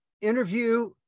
interview